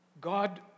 God